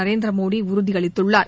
நரேந்திர மோடி உறுதியளித்துள்ளார்